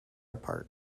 apart